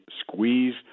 squeeze